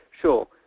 Sure